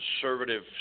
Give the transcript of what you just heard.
conservative